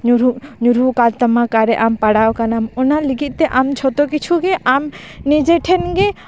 ᱧᱩᱨᱦᱩ ᱧᱩᱨᱦᱩ ᱟᱠᱟᱱ ᱛᱟᱢᱟ ᱚᱠᱟᱨᱮ ᱟᱢ ᱯᱟᱲᱟᱣ ᱟᱠᱟᱱᱟᱢ ᱚᱱᱟ ᱞᱟᱹᱜᱤᱫ ᱛᱮ ᱟᱢ ᱡᱷᱚᱛᱚ ᱠᱤᱪᱷᱩ ᱜᱮ ᱟᱢ ᱱᱤᱡᱮᱴᱷᱮᱱ ᱜᱮ